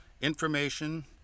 information